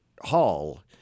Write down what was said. Hall